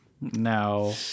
No